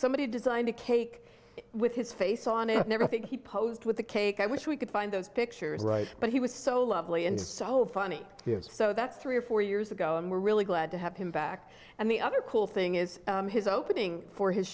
somebody designed a cake with his face on it never think he posed with the cake i wish we could find those pictures right but he was so lovely and so funny yes so that's three or four years ago and we're really glad to have him back and the other cool thing is his opening for his